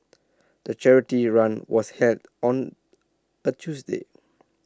the charity run was held on A Tuesday